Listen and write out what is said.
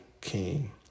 came